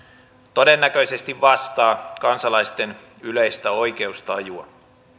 todennäköisesti vastaa kansalaisten yleistä oikeustajua